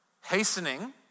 Hastening